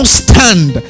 stand